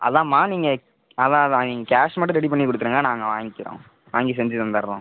அதாம்மா நீங்கள் அதுதான் அதான் நீங்கள் கேஷ் மட்டும் ரெடி பண்ணி கொடுத்துடுங்க நாங்கள் வாங்கிக்கிறோம் வாங்கி செஞ்சுத் தந்தடுறோம்